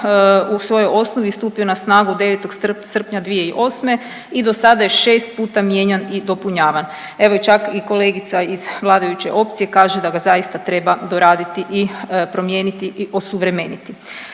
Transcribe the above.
u svojoj osnovi stupio na snagu 9. srpnja 2008. i do sada je 6 puta mijenjan i dopunjavan. Evo, čak i kolegica iz vladajuće opcije kaže da ga zaista treba doraditi i promijeniti i osuvremeniti.